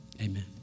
Amen